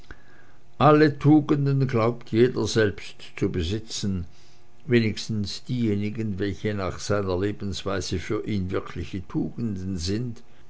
alle tugenden glaubt jeder selbst zu besitzen wenigstens diejenigen welche nach seiner lebensweise für ihn wirkliche tugenden sind